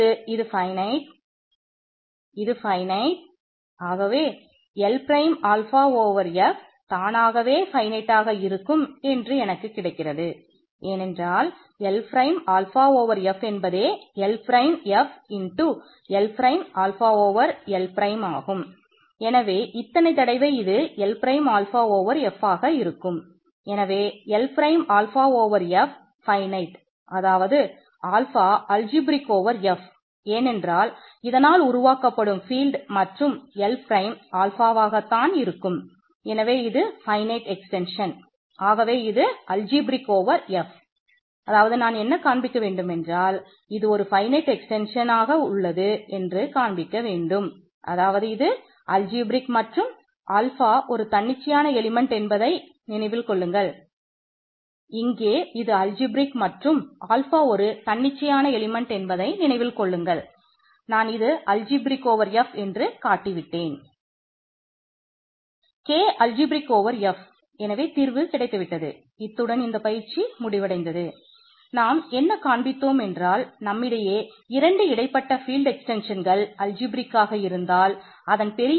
இப்பொழுது இது finite F என்று காட்டி விட்டேன்